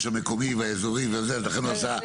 יש שם מקומי והאזורי והזה, לכן הוא עשה.